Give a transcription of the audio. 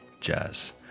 jazz